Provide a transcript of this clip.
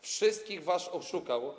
Wszystkich was oszukał.